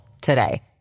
today